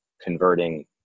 converting